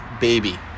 baby